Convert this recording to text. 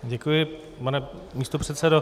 Děkuji, pane místopředsedo.